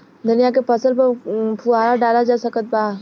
धनिया के फसल पर फुहारा डाला जा सकत बा?